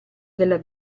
della